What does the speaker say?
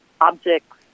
objects